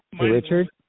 Richard